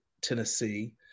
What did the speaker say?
Tennessee